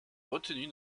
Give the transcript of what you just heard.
retenue